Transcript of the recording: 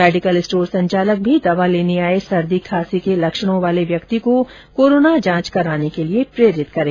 medical store संचालक भी दवा लेने आए सर्दी खांसी के लक्षणों वाले व्यक्ति को कोरोना जांच कराने के लिए प्रेरित करें